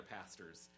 pastors